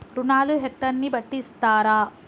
రుణాలు హెక్టర్ ని బట్టి ఇస్తారా?